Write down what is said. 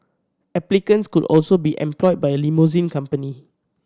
applicants could also be employed by a limousine company